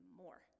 more